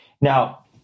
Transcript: Now